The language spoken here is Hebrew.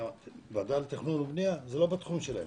הוועדה לתכנון ובנייה זה לא בתחום שלהם,